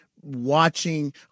watching